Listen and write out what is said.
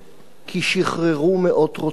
כי שחררו מאות רוצחים.